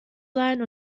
sein